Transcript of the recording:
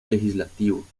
legislativo